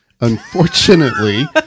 Unfortunately